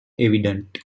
evident